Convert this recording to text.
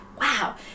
wow